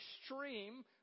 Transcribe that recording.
extreme